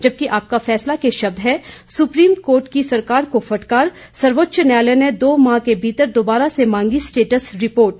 जबकि आपका फैसला के शब्द है सुप्रीम कोर्ट की सरकार को फटकार सर्वोच्च न्यायालय ने दो माह के भीतर दोबारा से मांगी स्टेटस रिपोर्ट